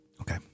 okay